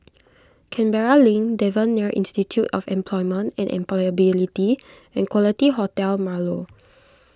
Canberra Link Devan Nair Institute of Employment and Employability and Quality Hotel Marlow